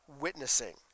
witnessing